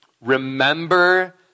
Remember